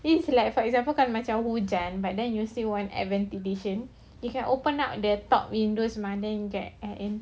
this like for example kalau macam hujan but then you still want air ventilation you can open up the top windows mah then get air in